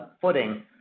footing